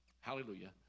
Hallelujah